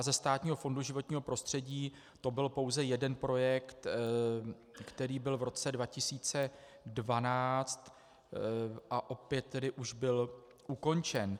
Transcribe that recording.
Ze Státního fondu životního prostředí to byl pouze jeden projekt, který byl v roce 2012 a opět už byl ukončen.